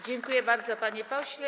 Dziękuję bardzo, panie pośle.